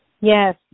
yes